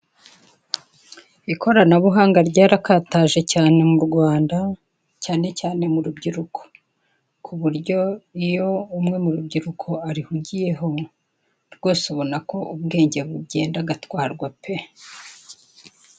Ikoranabuhanga ryarakataje cyane mu Rwanda cyane cyane mu rubyiruko. Ku buryo iyo umwe mu rubyiruko arihugiyeho rwose ubona ko ubwenge bugenda agatwarwa pe.